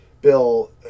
Bill